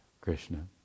Krishna